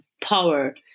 power